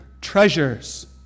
treasures